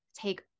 take